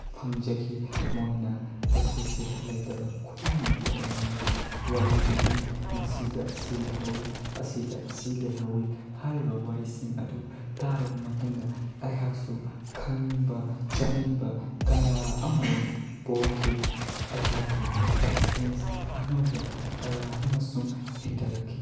ꯐꯪꯖꯈꯤ ꯃꯣꯏꯅ ꯑꯩꯈꯣꯏ ꯁꯤꯗ ꯂꯩꯇꯕ ꯈꯨꯗꯤꯡꯃꯛ ꯑꯗꯣ ꯃꯣꯏꯅ ꯋꯥꯔꯤ ꯂꯤꯕꯤ ꯃꯁꯤꯗ ꯁꯤ ꯂꯩꯍꯧꯋꯏ ꯑꯁꯤꯗ ꯁꯤ ꯂꯩꯍꯧꯏ ꯍꯥꯏꯔꯤꯕ ꯋꯥꯔꯤꯁꯤꯡ ꯑꯗꯨ ꯇꯥꯔꯨꯕ ꯃꯇꯨꯡꯗ ꯑꯩꯍꯥꯛꯁꯨ ꯈꯪꯅꯤꯡꯕ ꯆꯠꯅꯤꯡꯕ ꯀꯌꯥ ꯑꯃꯔꯣꯝ ꯄꯣꯛꯂꯛꯈꯤ ꯑꯩꯍꯥꯛꯀꯤ ꯑꯦꯛꯁꯄ꯭ꯔꯦꯟꯁ ꯑꯅꯧꯕ ꯀꯌꯥ ꯑꯃꯁꯨꯡ ꯍꯦꯟꯒꯠꯂꯛꯈꯤ